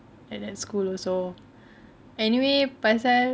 at that school also anyway pasal